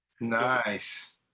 Nice